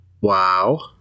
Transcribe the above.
Wow